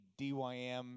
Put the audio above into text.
DYM